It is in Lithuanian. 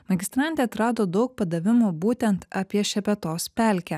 magistrantė atrado daug padavimų būtent apie šepetos pelkę